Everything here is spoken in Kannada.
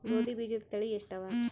ಗೋಧಿ ಬೀಜುದ ತಳಿ ಎಷ್ಟವ?